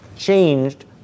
changed